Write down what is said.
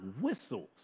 whistles